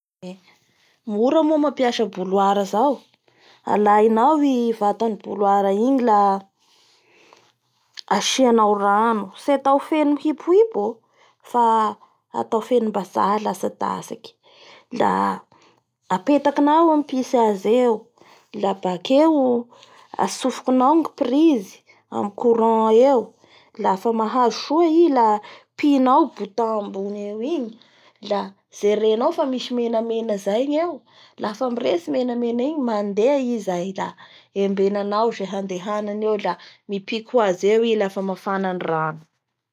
Mora moa mampiasa bouoir zao alainao i vatany bouloir igny la asianao rano tsy atao feno mihipohipo oo, fa atao fenombazaha latsadatsaky la apetakinao amin'ny mpisy azy eo, la bakeo atsofikinao ny prise amin'ny courant eo lafa mazaho soa i la kitinao i bouton ambony eo igny, la jerenao fa misy menamena zay ngeo, lafa miretsy i menamena igny, mandeha i zay la embenanao izay handehananay eo la mipiky hoazy eo i lafa mafana ny rano.